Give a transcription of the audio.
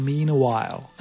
Meanwhile